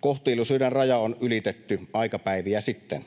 Kohtuullisuuden raja on ylitetty aikapäiviä sitten.